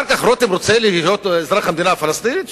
אחר כך רותם רוצה להיות אזרח המדינה הפלסטינית.